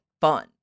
fun